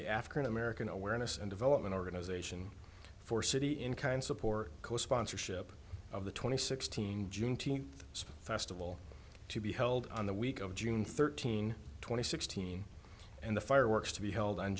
the african american awareness and development organization for city in kind support co sponsorship of the twenty sixteen juneteenth festival to be held on the week of june thirteen twenty sixteen and the fireworks to be held on